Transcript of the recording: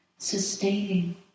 sustaining